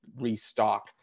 restock